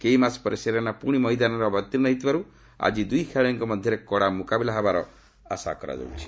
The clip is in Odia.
କେଇ ମାସ ପରେ ସେରେନା ପୁଣି ମଇଦାନରେ ଅବତୀର୍ଷ୍ଣ ହୋଇଥିବାରୁ ଆକି ଦୁଇ ଖେଳାଳିଙ୍କ ମଧ୍ୟରେ କଡ଼ା ମୁକାବିଲା ହେବାର ଆଶା କରାଯାଉଛି